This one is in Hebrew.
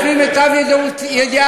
לפי מיטב ידיעתי,